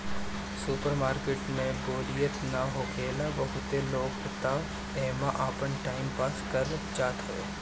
super market में बोरियत ना होखेला बहुते लोग तअ एमे आपन टाइम पास करे जात हवे